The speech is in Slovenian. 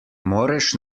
moreš